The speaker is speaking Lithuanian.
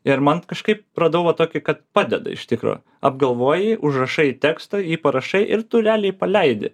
ir man kažkaip radau va tokį kad padeda iš tikro apgalvoji užrašai tekstą jį parašai ir tu realiai jį paleidi